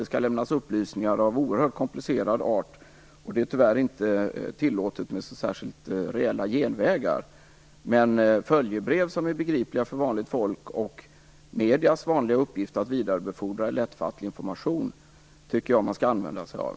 Det skall lämnas upplysningar av oerhört komplicerad art. Det är tyvärr inte tillåtet med särskilt reella genvägar. Men följebrev begripliga för vanligt folk och mediernas vanliga uppgift att vidarebefordra lättfattlig information skall man använda sig av.